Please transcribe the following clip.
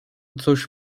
coś